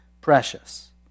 precious